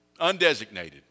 Undesignated